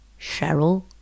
Cheryl